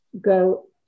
go